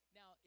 now